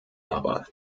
aber